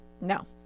No